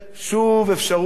אפשרות להתקיים,